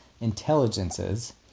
intelligences